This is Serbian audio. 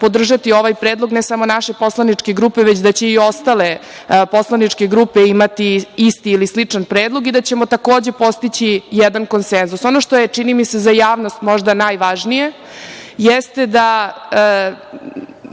podržati ovaj predlog ne samo naše poslaničke grupe, već da će i ostale poslaničke grupe imati isti ili sličan predlog i da ćemo takođe postići jedan konsenzus. Ono što je, čini mi se, za javnost možda najvažnije jeste da